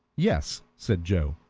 yes, said joe.